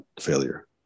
failure